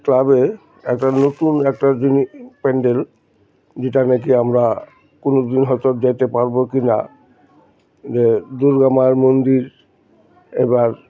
ক্লাবে একটা নতুন একটা জিনিস প্যান্ডেল যেটা নাকি আমরা কোনো দিন হয়তো যেতে পারবো কি না যে দুর্গা মায়ের মন্দির এবার